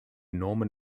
norman